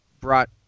brought